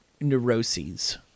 neuroses